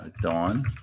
Dawn